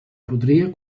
podria